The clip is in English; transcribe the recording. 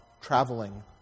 traveling